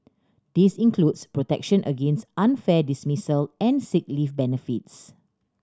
this includes protection against unfair dismissal and sick leave benefits